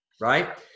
right